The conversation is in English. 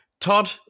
Todd